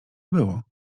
było